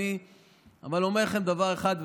אני אומר לכם דבר אחד,